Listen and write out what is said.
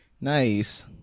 Nice